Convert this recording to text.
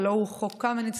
הלוא הוא חוק קמיניץ,